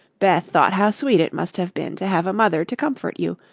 beth thought how sweet it must have been to have a mother to comfort you,